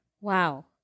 Wow